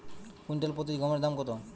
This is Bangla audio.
কুইন্টাল প্রতি গমের দাম কত?